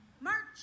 March